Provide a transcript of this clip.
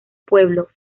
pueblo